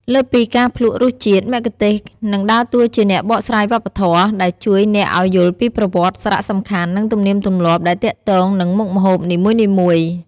លើសពីការភ្លក្សរសជាតិ មគ្គុទ្ទេសក៍នឹងដើរតួជាអ្នកបកស្រាយវប្បធម៌ ដែលជួយអ្នកឱ្យយល់ពីប្រវត្តិ សារៈសំខាន់ និងទំនៀមទម្លាប់ដែលទាក់ទងនឹងមុខម្ហូបនីមួយៗ។